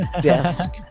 desk